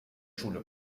schule